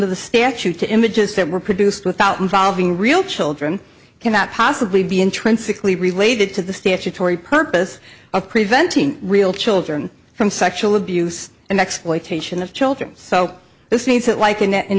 of the statute to images that were produced without involving real children cannot possibly be intrinsically related to the statutory purpose of preventing real children from sexual abuse and exploitation of children so this means that like